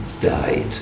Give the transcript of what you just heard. died